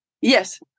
Yes